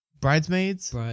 Bridesmaids